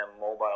mobile